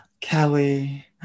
Kelly